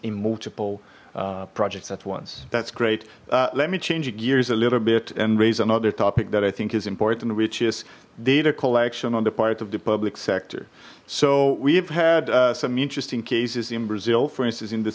in multiple projects at once that's great let me change gears a little bit and raise another topic that i think is important which is data collection on the part of the public sector so we've had some interesting cases in brazil for instance in the